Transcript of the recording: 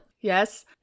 Yes